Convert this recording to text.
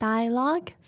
Dialogue